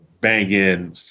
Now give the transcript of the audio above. banging